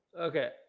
okay